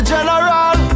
General